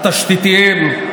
התשתיתיים,